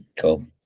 cool